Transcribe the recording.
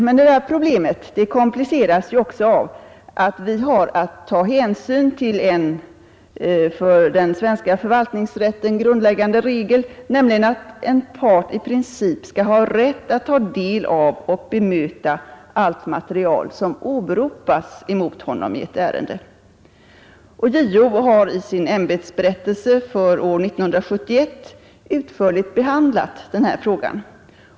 Men detta problem kompliceras av att vi har att ta hänsyn till en för den svenska förvaltningsrätten grundläggande regel, nämligen att en part i princip skall ha rätt att ta del av och bemöta allt material som åberopats mot honom i ett ärende. JO har i sin ämbetsberättelse från 1971 utförligt behandlat denna fråga.